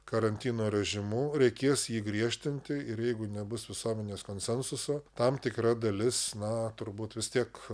karantino režimu reikės jį griežtinti ir jeigu nebus visuomenės konsensuso tam tikra dalis na turbūt vis tiek